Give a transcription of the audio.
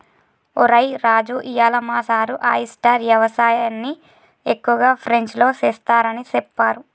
ఒరై రాజు ఇయ్యాల మా సారు ఆయిస్టార్ యవసాయన్ని ఎక్కువగా ఫ్రెంచ్లో సెస్తారని సెప్పారు